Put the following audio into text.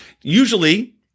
Usually